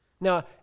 Now